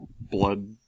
blood